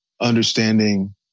understanding